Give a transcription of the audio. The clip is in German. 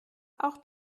auch